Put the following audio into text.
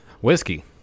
whiskey